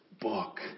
book